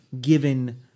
given